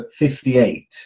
58